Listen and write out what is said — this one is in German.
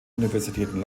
universitäten